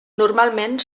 normalment